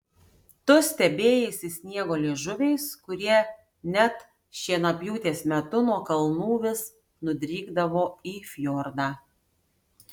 tu stebėjaisi sniego liežuviais kurie net šienapjūtės metu nuo kalnų vis nudrykdavo į fjordą